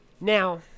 Now